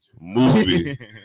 Movie